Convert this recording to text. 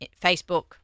Facebook